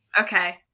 Okay